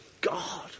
God